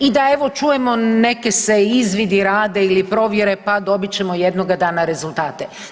I da evo čujemo neki se izvidi rade ili provjere pa dobit ćemo jednoga dana rezultate.